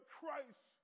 Christ